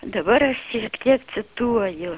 dabar aš šiek tiek cituoju